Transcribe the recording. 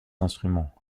instruments